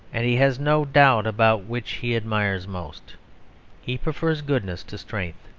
and he has no doubt about which he admires most he prefers goodness to strength,